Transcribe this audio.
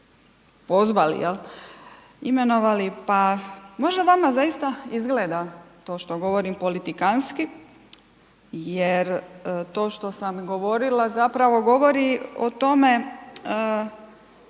pozvali jel imenovali, pa možda vama zaista izgleda to što govorim politikantski jer to što sam govorila zapravo govori o tome,